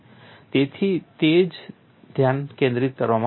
તેથી તે જ ધ્યાન કેન્દ્રિત કરવામાં આવ્યું હતું